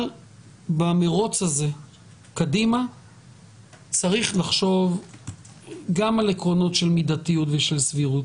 אבל במרוץ הזה קדימה צריך לחשוב גם על עקרונות של מידתיות ושל סבירות.